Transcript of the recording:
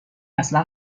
اصلا